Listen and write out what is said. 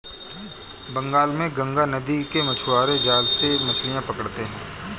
बंगाल में गंगा नदी में मछुआरे जाल से मछलियां पकड़ते हैं